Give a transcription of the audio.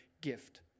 gift